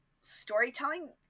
storytelling